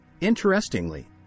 Interestingly